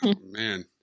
Man